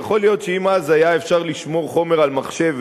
יכול להיות שאם אז היה אפשר לשמור חומר במחשב,